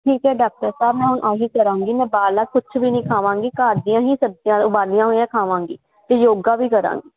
ਠੀਕ ਹ ਡਾਕਟਰ ਸਾਹਿਬ ਮੈਂ ਹੁਣ ਆਹੀ ਕਰਾਂਗੀ ਮੈਂ ਬਾਲਾ ਕੁਛ ਵੀ ਨਹੀਂ ਖਾਵਾਂਗੀ ਘਰ ਦੀਆਂ ਹੀ ਸਬਜੀਆਂ ਉਬਾਲੀਆਂ ਹੋਈਆਂ ਖਾਵਾਂਗੀ ਤੇ ਯੋਗਾ ਵੀ ਕਰਾਂ